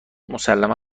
مسلما